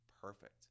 perfect